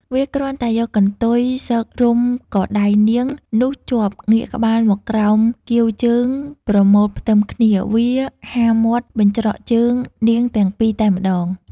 វាគ្រាន់តែយកកន្ទុយស៊ករុំក៏ដៃនាងនោះជាប់ងាកក្បាលមកក្រោមកៀវជើងប្រមូលផ្ទឹមគ្នា វាហារមាត់បញ្ច្រកជើង នាងទាំងពីរតែម្ដង។